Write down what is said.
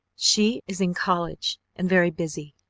she is in college and very busy,